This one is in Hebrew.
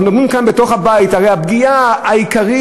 אנחנו מדברים כאן בתוך הבית: הרי הפגיעה העיקרית,